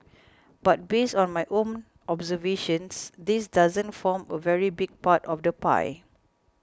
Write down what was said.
but based on my own observations this doesn't form a very big part of the pie